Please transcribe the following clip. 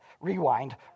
rewind